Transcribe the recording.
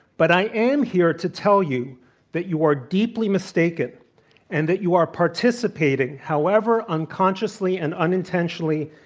but i am here to tell you that you are deeply mistaken and that you are participating, however unconsciously and unintentionally,